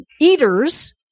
eaters